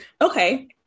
Okay